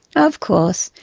of course,